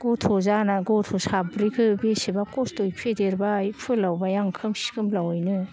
गथ' जाना गथ' साब्रैखो बेसेबा खस्थ'यै फेदेरबाय फोलावबाय आं खोमसि खोमलावैनो